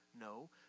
No